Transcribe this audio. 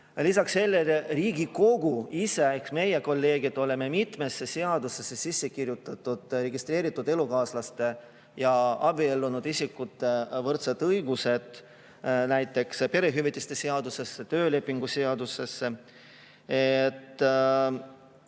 Lisaks sellele Riigikogu ise, meie, kolleegid, oleme mitmesse seadusesse sisse kirjutanud registreeritud elukaaslaste ja abiellunud isikute võrdsed õigused: näiteks perehüvitiste seadusesse, töölepingu seadusesse.